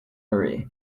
marie